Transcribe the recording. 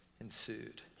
Ensued